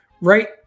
right